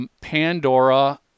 Pandora